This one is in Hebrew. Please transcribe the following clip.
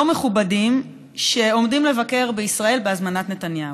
מכובדים שעומדים לבקר בישראל בהזמנת נתניהו.